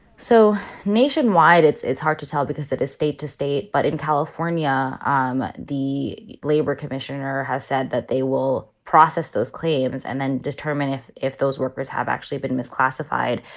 so nationwide, it's it's hard to tell because that is state to state. but in california, um the labor commissioner has said that they will process those claims and then determine if if those workers have actually been misclassified.